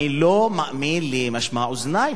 אני לא מאמין למשמע אוזני,